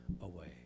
away